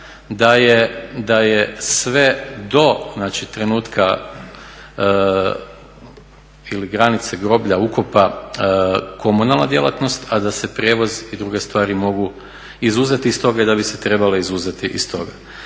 da je sve do znači trenutka ili granice groblja ukopa komunalna djelatnost a da se prijevoz i druge stvari mogu izuzeti iz toga i da bi se trebale izuzeti iz toga.